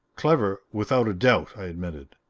clever, without a doubt, i admitted,